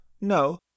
No